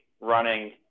running